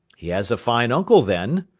he has a fine uncle, then,